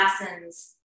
lessons